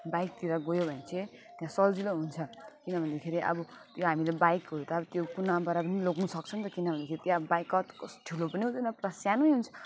बाइकतिर गयो भने चाहिँ त्यहाँ सजिलो हुन्छ किन भन्दाखेरि अब त्यो हामीले बाइकहरू त त्यो कुनाबाट पनि लग्नुसक्छौँ नि त किन भन्दाखेरि त्यहाँ बाइक कट कस् ठुलो पनि हुँदैन प्लस सानै हुन्छ